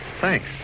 Thanks